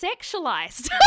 sexualized